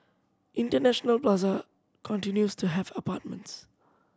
International Plaza continues to have apartments